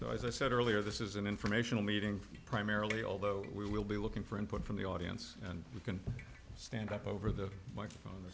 as i said earlier this is an informational meeting primarily although we will be looking for input from the audience and we can stand up over the microphone